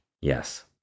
Yes